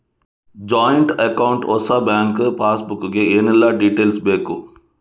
Joint account ಹೊಸ bank passbook ಗೆ ಏನೆಲ್ಲ ಡೀಟೇಲ್ಸ್ ಬೇಕು?